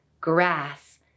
grass